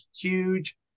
huge